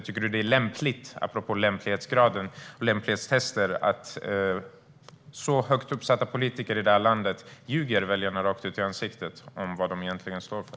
Tycker du att det är lämpligt, apropå lämplighetsgrad och lämplighetstester, att så högt uppsatta politiker i detta land ljuger väljarna rakt i ansiktet om vad de egentligen står för?